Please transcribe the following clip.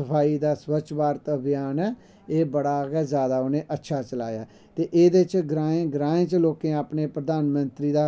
सफाई दा स्वच्छ भारत अभियान ऐ एह् बड़ा गै जादा उनैं अच्छा चलाया ते एह्दे च ग्राएं ग्राएं च लोकें अपने प्रधानमंत्री दा